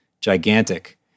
gigantic